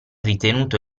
ritenuto